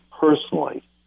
personally